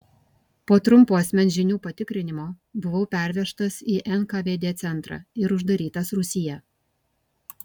po trumpo asmens žinių patikrinimo buvau pervežtas į nkvd centrą ir uždarytas rūsyje